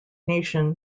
nation